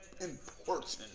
important